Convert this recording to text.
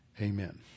amen